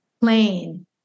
plain